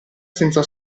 senza